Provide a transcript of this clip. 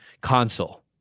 console